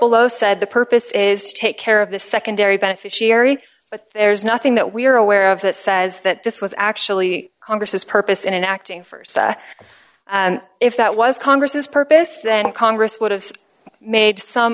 below said the purpose is to take care of the secondary beneficiary but there's nothing that we're aware of that says that this was actually congress's purpose in acting st and if that was congress purpose then congress would have made some